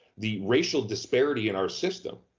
the racial disparity in our system,